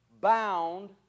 bound